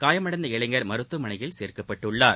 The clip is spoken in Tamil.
காயமடைந்த இளைஞர் மருத்துவமனையில் சேர்க்கப்பட்டுள்ளார்